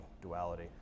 duality